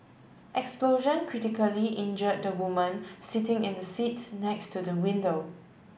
explosion critically injured woman sitting in the seat next to the window